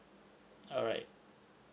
alright